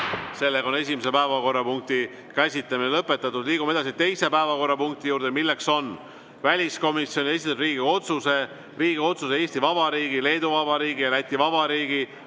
võetud. Esimese päevakorrapunkti käsitlemine on lõpetatud. Liigume edasi teise päevakorrapunkti juurde, milleks on väliskomisjoni esitatud Riigikogu otsuse "Riigikogu otsuse "Eesti Vabariigi, Leedu Vabariigi ja Läti Vabariigi